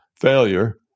Failure